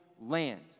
land